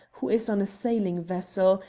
who is on a sailing vessel,